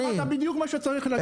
אמרת בדיוק מה שצריך להגיד.